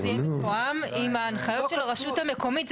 צריך שזה יהיה מתואם עם ההנחיות של הרשות המקומית.